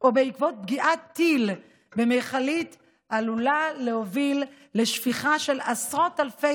או בעקבות פגיעת טיל במכלית עלולה להוביל לשפיכה של עשרות אלפי